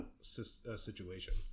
situation